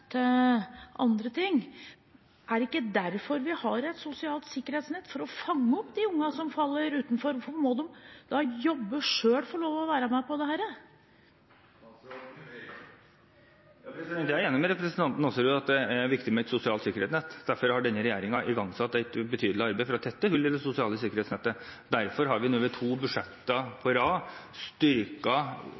andre ting? Er det ikke for å fange opp de ungene som faller utenfor, at vi har et sosialt sikkerhetsnett? Hvorfor må de jobbe for å være med på dette? Jeg er enig med representanten Aasrud i at det er viktig med et sosialt sikkerhetsnett. Derfor har denne regjeringen igangsatt et ikke ubetydelig arbeid for å tette hull i sikkerhetsnettet. Derfor har vi nå i to budsjetter på rad